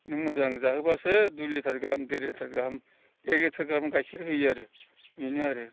नों मोजां जाहोब्लासो दुइ लिटार गाहाम देर लिटार एक लिटार गाहाम गायखेर होयो आरो बेनो आरो